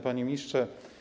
Panie Ministrze!